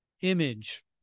image